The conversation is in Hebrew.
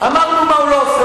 אמרנו מה הוא לא עושה.